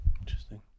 Interesting